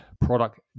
product